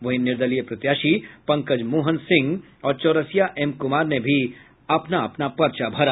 वहीं निर्दलीय प्रत्याशी पंकज मोहन सिंह और चौरसिया एम कुमार ने भी अपना पर्चा भरा